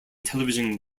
television